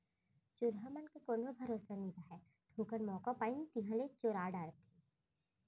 चोरहा मन के कोनो भरोसा नइ रहय, थोकन मौका पाइन तिहॉं ले चोरा डारथें